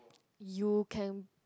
you can